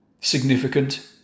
significant